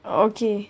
okay